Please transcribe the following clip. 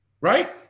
Right